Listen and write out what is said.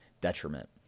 detriment